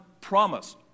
promise